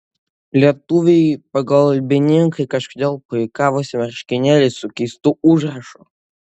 lietuviai pagalbininkai kažkodėl puikavosi marškinėliais su keistu užrašu